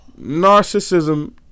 Narcissism